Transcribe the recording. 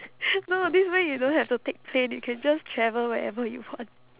no this way you don't have to take plane you can just travel wherever you want